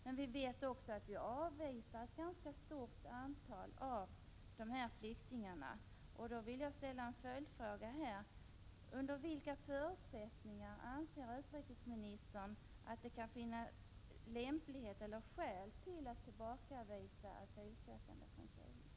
Men det är också bekant att vi har avvisat ett ganska stort antal flyktingar från Chile. Därför vill jag ställa en följdfråga: Under vilka förutsättningar anser utrikesministern att det kan vara lämpligt eller att det kan finnas skäl att tillbakavisa asylsökande från Chile?